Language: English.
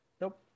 Nope